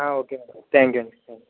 okay అండి thank you అండి thank you